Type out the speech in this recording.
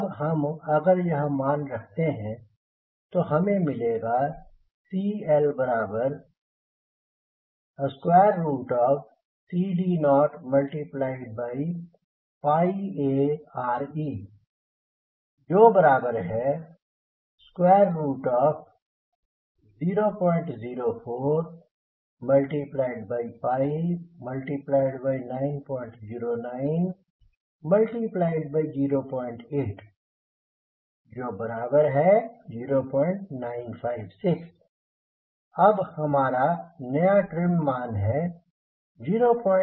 अब हम अगर यह मान रखते हैं तो हमें मिलेगा CLCD0ARe00490908 0956 अब हमारा नया ट्रिम मान है 0956